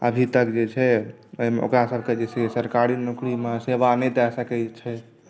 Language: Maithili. अभी तक जे छै ओकरा सभकेँ सरकारी नौकरी मे सेवा नहि दए सकै छै